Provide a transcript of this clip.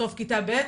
סוף כיתה ב',